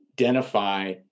identify